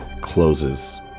closes